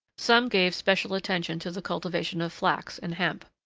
some gave special attention to the cultivation of flax and hemp.